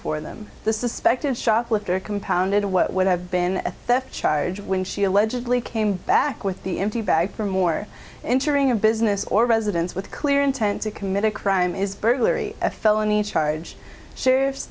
for them the suspected shoplifter compounded what would have been a theft charge when she allegedly came back with the empty bag for more entering a business or residence with clear intent to commit a crime is burglary a felony charge sheriff's